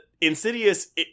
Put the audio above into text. Insidious